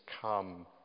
come